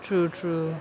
true true